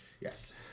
Yes